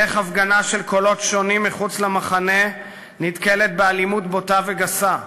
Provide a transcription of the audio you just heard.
איך הפגנה של קולות שונים מחוץ למחנה נתקלת באלימות בוטה וגסה?